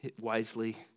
wisely